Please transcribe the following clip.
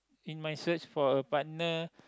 in my search for a partner